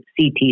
CT